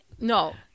No